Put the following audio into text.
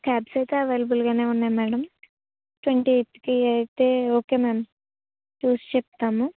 cabs అయితే అవైలబుల్గానే ఉన్నాయి మేడం ట్వంటీ ఎయిట్కి అయితే ఓకే మ్యామ్ చూసి చెప్తాను